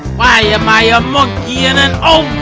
why am i a monkey in an